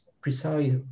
precise